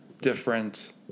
different